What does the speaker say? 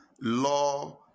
law